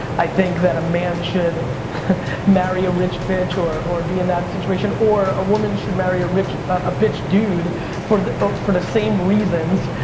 i think, that a man should marry a rich bitch or or be in that situation, or a woman should marry a rich bitch dude for the for the same reasons